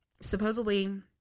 supposedly